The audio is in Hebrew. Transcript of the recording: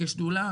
כשדולה,